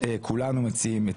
כולנו מציעים,